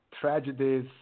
tragedies